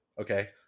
okay